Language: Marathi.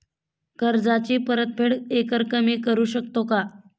कर्जाची परतफेड एकरकमी करू शकतो का?